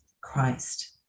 Christ